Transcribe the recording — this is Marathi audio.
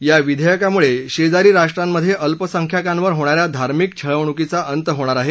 या विधेयकामुळे शेजारी राष्ट्रांमध्ये अल्पसंख्यांकांवर होणाऱ्या धार्मिक छळवणुकीचा अंत होणार आहे